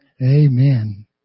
Amen